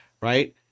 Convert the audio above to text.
Right